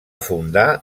fundar